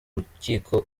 rukiko